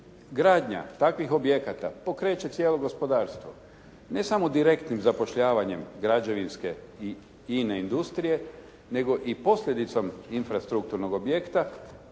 Gradnja takvih objekata pokreće cijelo gospodarstvo, ne samo direktnim zapošljavanjem građevinske i ine industrije nego i posljedicom infrastrukturnog objekta